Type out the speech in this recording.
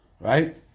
Right